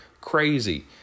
crazy